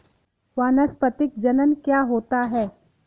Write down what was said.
वानस्पतिक जनन क्या होता है?